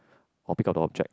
or pick up the object